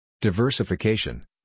Diversification